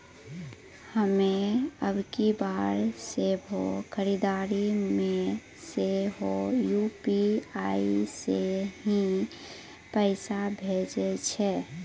हम्मे अबकी बार सभ्भे खरीदारी मे सेहो यू.पी.आई से ही पैसा भेजने छियै